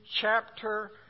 chapter